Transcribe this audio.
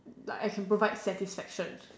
like I can provide satisfaction